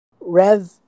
Rev